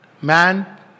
Man